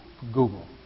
Google